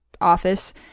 office